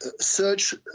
search